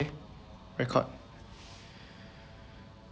eh record